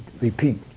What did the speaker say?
repeat